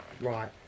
right